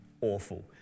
awful